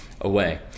away